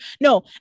no